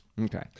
Okay